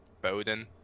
bowden